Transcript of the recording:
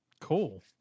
cool